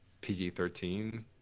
pg-13